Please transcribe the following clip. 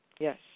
Yes